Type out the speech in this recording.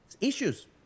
issues